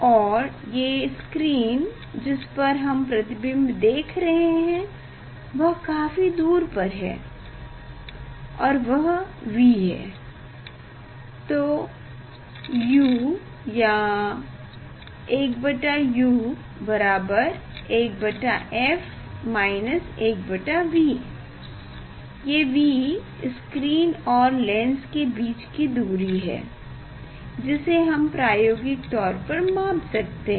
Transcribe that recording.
और ये स्क्रीन जिस पर हम प्रतिबिंब देख रहे हैं वह काफी दूर पर है और वह v है तो u या 1u1f 1v ये v स्क्रीन और लेंस के बीच की दूरी है जिसे हम प्रायोगिक तौर पर माप सकते हैं